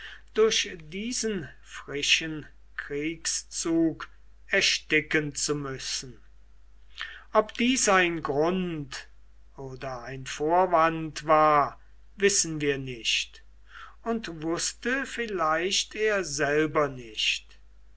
durch diesen frischen kriegszug ersticken zu müssen ob dies ein grund oder ein vorwand war wissen wir nicht und wußte vielleicht er selber nicht